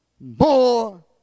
more